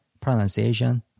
pronunciation